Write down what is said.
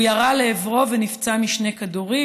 הוא ירה לעברו ונפצע משני כדורים.